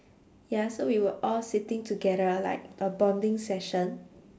ya so we were all sitting together like a bonding session